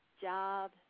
Job